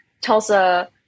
Tulsa